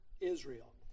Israel